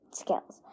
skills